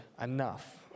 enough